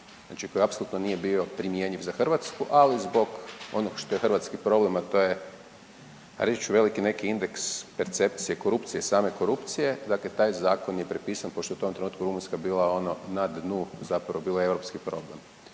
koji apsolutno nije bio primjenjiv za Hrvatsku, ali zbog ono što je hrvatski problem, a to je reći ću veliki neki indeks percepcije korupcije, same korupcije, dakle taj zakon je prepisan pošto je u tom trenutku Rumunjska bila ono na dnu zapravo bila je europski problem.